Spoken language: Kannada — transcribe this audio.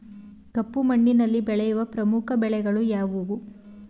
ಕಪ್ಪು ಮಣ್ಣಿನಲ್ಲಿ ಬೆಳೆಯುವ ಪ್ರಮುಖ ಬೆಳೆಗಳು ಯಾವುವು?